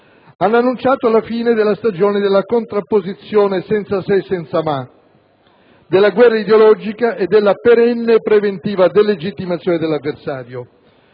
hanno annunciato la fine della stagione della contrapposizione «senza se e senza ma», della guerra ideologica e della perenne e preventiva delegittimazione dell'avversario.